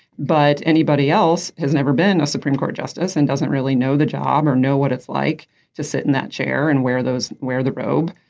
but anybody else has never been a supreme court justice and doesn't really know the job or know what it's like to sit in that chair and where those where the robe.